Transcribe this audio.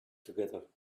together